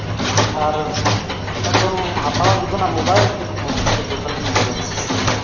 ᱫᱚᱥᱨᱟ ᱛᱮᱢ ᱦᱟᱛᱟᱣᱟ ᱡᱩᱫᱟᱹᱱᱟᱜ ᱢᱳᱵᱟᱭᱤᱞ ᱥᱮ ᱵᱚᱫᱚᱞ ᱜᱮᱢ ᱵᱚᱫᱚᱞᱟ